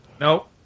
No